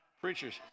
preachers